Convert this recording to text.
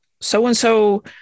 So-and-so